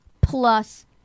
plus